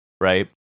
right